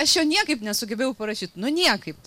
aš jo niekaip nesugebėjau parašyt nu niekaip